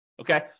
okay